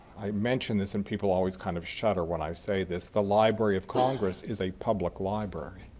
i mention this and people always kind of shudder when i say this, the library of congress is a public library